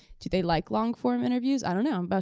do they like long-form interviews? i don't know, but